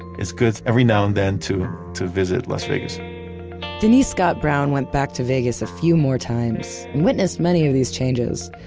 it's good, every now and then, to to visit las vegas denise scott brown went back to vegas a few more times, witnessed many of these changes,